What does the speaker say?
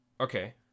Okay